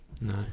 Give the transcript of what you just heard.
No